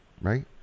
right